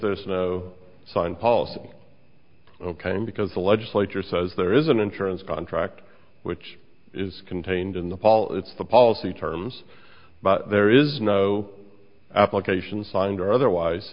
there's no sign policy because the legislature says there is an insurance contract which is contained in the paul it's the policy terms but there is no application signed or otherwise